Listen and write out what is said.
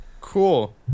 Cool